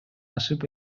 ашып